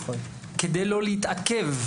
כדי לא להתעכב